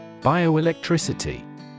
Bioelectricity